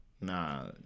Nah